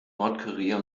nordkorea